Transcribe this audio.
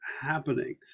happening